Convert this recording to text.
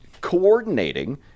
coordinating